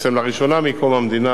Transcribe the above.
בעצם לראשונה מקום המדינה,